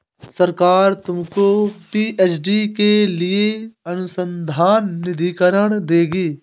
सरकार तुमको पी.एच.डी के लिए अनुसंधान निधिकरण देगी